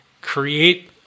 Create